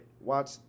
watch